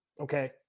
Okay